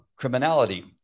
criminality